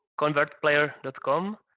ConvertPlayer.com